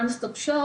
One stop shop,